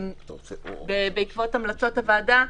בעקבות המלצות הוועדה,